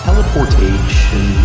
Teleportation